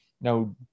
Now